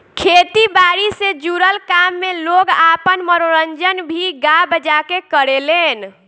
खेती बारी से जुड़ल काम में लोग आपन मनोरंजन भी गा बजा के करेलेन